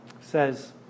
says